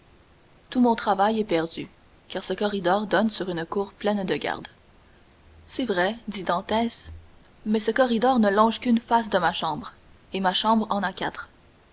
tout mon travail est perdu car ce corridor donne sur une cour pleine de gardes c'est vrai dit dantès mais ce corridor ne longe qu'une face de ma chambre et ma chambre en a quatre